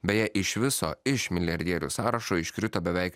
beje iš viso iš milijardierių sąrašo iškrito beveik